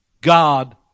God